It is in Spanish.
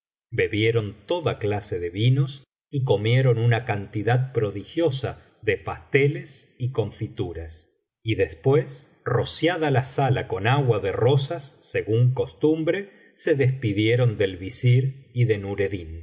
bebieron toda clase de vinos y comieron una cantidad prodigiosa de pasteles y confituras y después ro biblioteca valenciana generalitat valenciana historia del visir nureddin ciada la sala con agua de rosas según costumbre se despidieron del visir y de